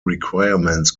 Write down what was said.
requirements